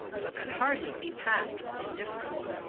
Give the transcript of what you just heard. but could hardly be passed with indifference.